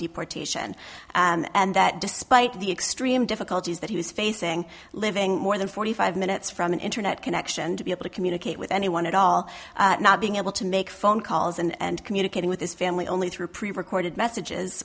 deportation and that despite the extreme difficulties that he was facing living more than forty five minutes from an internet connection to be able to communicate with anyone at all not being able to make phone calls and communicating with his family only through prerecorded messages